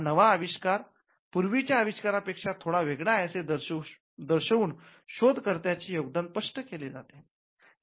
हा नवा आविष्कार पूर्वीच्या आविष्कारांपेक्षा थोडा वेगळा आहे असे दर्शवून शोध कर्त्याचे योगदान स्पष्ट केले जाते